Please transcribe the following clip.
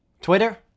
Twitter